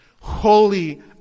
holy